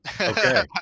Okay